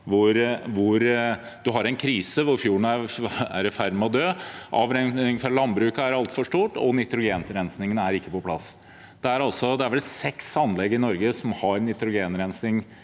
det er en krise – fjorden er i ferd med å dø. Avrenningen fra landbruket er altfor stort, og nitrogenrensingen er ikke kommet på plass. Det er vel seks anlegg som har nitrogenrensing